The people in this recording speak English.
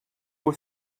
were